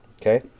Okay